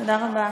תודה רבה.